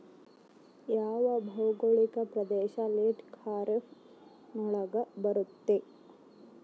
ಯಾವ ಭೌಗೋಳಿಕ ಪ್ರದೇಶ ಲೇಟ್ ಖಾರೇಫ್ ನೊಳಗ ಬರುತ್ತೆ?